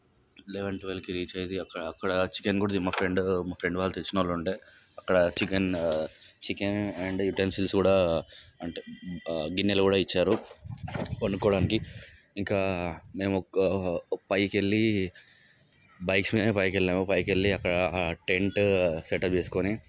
eleven ట్వల్వ్కి reach అయ్యింది అక్కడ అక్కడ చికెన్ కూడా మా ఫ్రెండు మా ఫ్రెండు తెలిసిన వాళ్ళు ఉండే అక్కడ చికెన్ చికెన్ అండ్ యుటెన్సిల్స్ కూడా అంటే గిన్నెలు కూడా ఇచ్చారు వండుకోవడానికి ఇంకా మేము పైకి వెళ్ళి బైక్స్ మీద పైకి వెళ్ళాము పైకి వెళ్ళి అక్కడ టెంట్ షెల్టర్ వెస్కొని